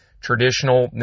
traditional